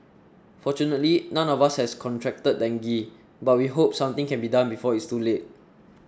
fortunately none of us has contracted dengue but we hope something can be done before it's too late